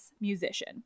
musician